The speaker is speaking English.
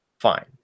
Fine